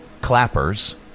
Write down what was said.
Clappers